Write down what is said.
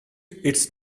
its